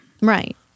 Right